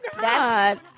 God